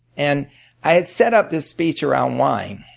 and i had set up this speech around wine,